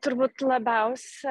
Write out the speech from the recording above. turbūt labiausia